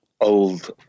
old